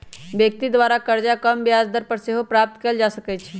व्यक्ति द्वारा करजा कम ब्याज दर पर सेहो प्राप्त कएल जा सकइ छै